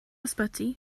ysbyty